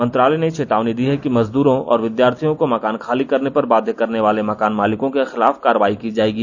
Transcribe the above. मंत्रालय ने चेतावनी दी है कि मजदूरों और विद्यार्थियों को मकान खाली करने पर बाध्य करने वाले मकान मालिकों के खिलाफ कार्रवाई की जाएगी